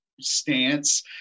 stance